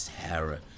terror